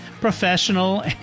professional